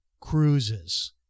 cruises